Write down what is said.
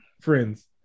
friends